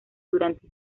durante